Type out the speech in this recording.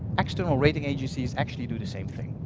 external rating agencies actually do the same thing.